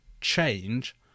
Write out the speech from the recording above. change